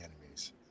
enemies